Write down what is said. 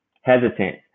hesitant